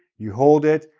you hold it,